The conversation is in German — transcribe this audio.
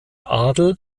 adel